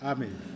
Amen